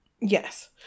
Yes